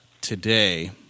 today